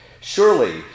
Surely